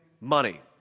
money